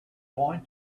going